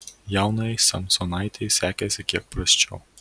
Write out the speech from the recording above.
jaunajai samsonaitei sekėsi kiek prasčiau